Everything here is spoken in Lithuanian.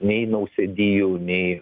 nei nausėdijų nei